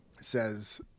says